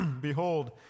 behold